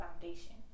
foundation